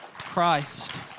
Christ